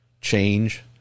change